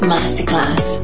Masterclass